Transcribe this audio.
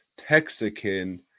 Texican